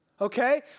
Okay